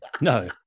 No